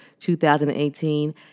2018